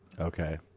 Okay